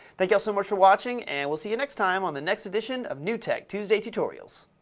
thank y'all so much for watching and we'll see you next time on the next edition of newtek tuesday tutorials.